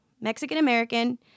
Mexican-American